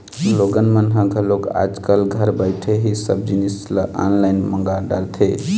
लोगन मन ह घलोक आज कल घर बइठे ही सब जिनिस ल ऑनलाईन मंगा डरथे